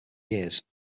years